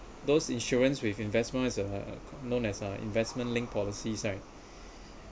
those insurance with investments ones are known as a investment linked policies right